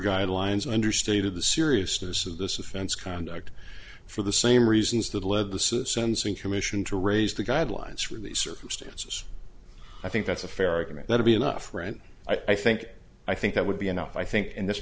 guidelines understated the seriousness of this offense conduct for the same reasons that led the sense in commission to raise the guidelines for these circumstances i think that's a fair argument that it be enough right i think i think that would be enough i think in this